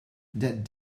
that